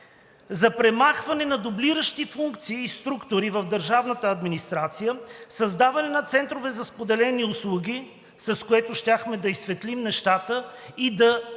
за премахване на дублиращи функции и структури в държавната администрация, създаване на центрове за споделени услуги, с което щяхме да изсветлим нещата и да прекратим